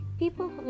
People